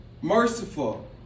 merciful